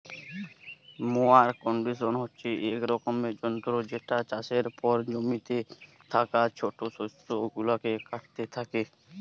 mower condition হচ্ছে এক রকমের যন্ত্র যেটা চাষের পর জমিতে থাকা ছোট শস্য গুলাকে কাটতে থাকে